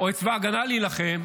את צבא ההגנה להילחם,